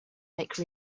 make